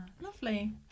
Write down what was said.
Lovely